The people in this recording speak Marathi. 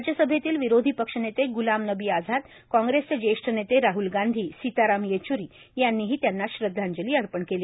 राज्य सभेतील विरोधी पक्षनेते ग्लाम नबी आझाद कॉग्रेसचे ज्येष्ठ नेते राहल गांधी सीताराम येच्री यांनीही त्यांना श्रद्धांजली अर्पण केली